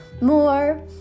more